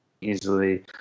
easily